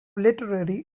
literary